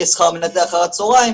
יש שכר מנתח אחר הצהריים.